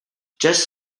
just